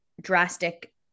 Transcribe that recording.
drastic